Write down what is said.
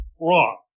wrong